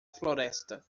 floresta